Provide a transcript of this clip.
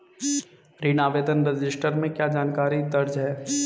ऋण आवेदन रजिस्टर में क्या जानकारी दर्ज है?